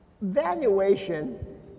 valuation